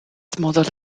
modeled